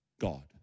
God